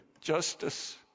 justice